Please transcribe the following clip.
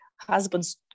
husband's